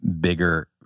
bigger